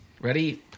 Ready